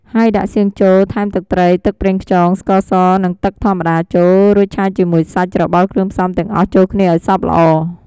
ហើយដាក់សៀងចូល ថែមទឹកត្រី ទឹកប្រេងខ្យង ស្ករស និងទឹកធម្មតាចូល រួចឆាជាមួយសាច់ ច្របល់គ្រឿងផ្សំទាំងអស់ចូលគ្នាឱ្យសព្វល្អ។